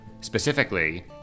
Specifically